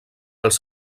als